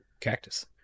Cactus